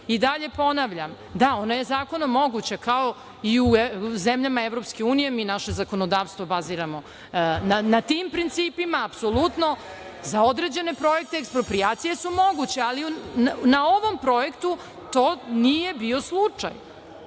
i dalje ponavljam, da, ona je zakonom moguća, kao i u zemljama EU. Mi naše zakonodavstvo baziramo na tim principima, apsolutno. Za određene projekte eksproprijacije su moguće, ali na ovom projektu to nije bio slučaj. Znači,